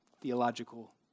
theological